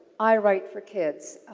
i write for kids.